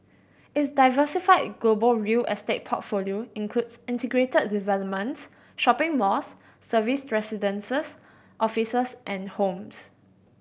its diversified global real estate portfolio includes integrated developments shopping malls serviced residences offices and homes